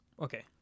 Okay